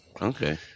Okay